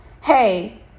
hey